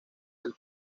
del